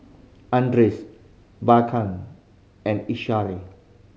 Anders Brycen and Ishaan